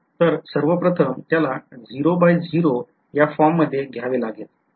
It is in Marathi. तर सर्वप्रथम त्याला 00 ZeroZero या फॉर्म मध्ये घ्यावे लागेल